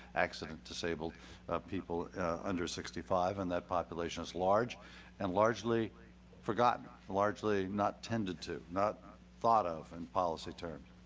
accident disabled people under sixty five and that population is large and largely forgotten, largely not tended to. not thought of in and policy terms.